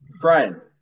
Brian